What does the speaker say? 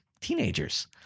teenagers